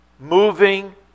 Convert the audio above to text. moving